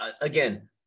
again